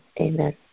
Amen